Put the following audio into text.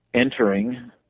entering